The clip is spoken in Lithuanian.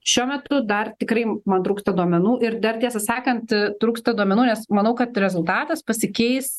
šiuo metu dar tikrai man trūksta duomenų ir dar tiesą sakant trūksta duomenų nes manau kad rezultatas pasikeis